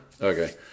Okay